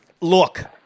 look